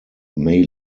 may